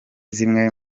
zimwe